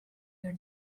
your